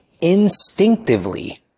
instinctively